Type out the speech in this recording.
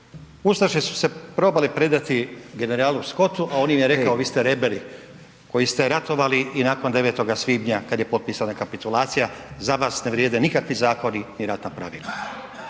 Ustaše su se probale predati generalu Scottu, a on im je rekao vi ste reberi koji ste ratovali i nakon 9. svibnja kada je potpisana kapitulacija, za vas ne vrijede nikakvi zakoni ni ratna pravila,